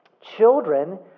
Children